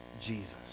Jesus